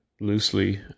loosely